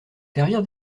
servir